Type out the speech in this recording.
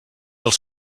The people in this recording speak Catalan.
els